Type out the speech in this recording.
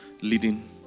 leading